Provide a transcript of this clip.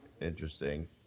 interesting